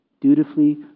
dutifully